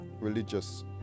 religious